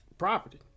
property